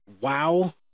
wow